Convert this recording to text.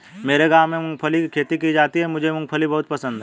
मेरे गांव में मूंगफली की खेती की जाती है मुझे मूंगफली बहुत पसंद है